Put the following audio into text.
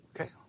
okay